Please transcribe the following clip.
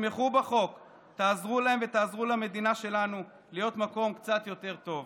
שתעזרו להם ותעזרו למדינה שלנו להיות מקום קצת יותר טוב.